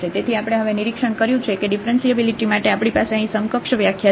તેથી આપણે હવે નિરીક્ષણ કર્યું છે કે ડીફરન્શીએબીલીટી માટે આપણી પાસે અહીં સમકક્ષ વ્યાખ્યા છે